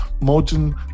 modern